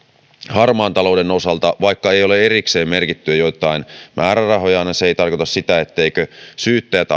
harmaan talouden osalta vaikka ei ole erikseen merkitty joitain määrärahoja se ei tarkoita sitä etteivätkö syyttäjät